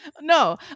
no